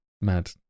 Mad